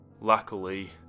Luckily